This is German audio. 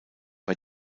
bei